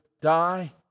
die